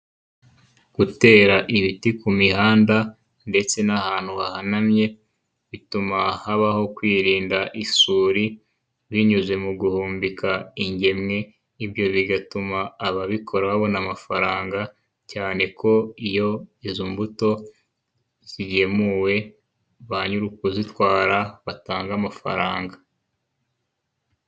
Gutera ibiti ku mihanda ndetse n'ahantu hahanamye, bituma habaho kwirinda isuri binyuze mu guhumbika ingemwe, ibyo bigatuma ababikora babona amafaranga cyane ko iyo izo mbuto zigemuwe ba nyiri kuzitwara batanga amafaranga.